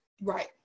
Right